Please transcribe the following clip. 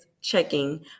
checking